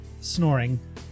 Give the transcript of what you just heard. snoring